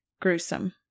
gruesome